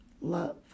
love